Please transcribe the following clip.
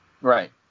Right